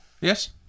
Yes